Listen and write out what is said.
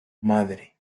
madre